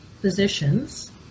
physicians